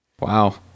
Wow